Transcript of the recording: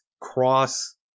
cross